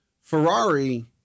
Ferrari